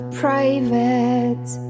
private